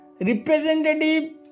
representative